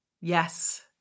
Yes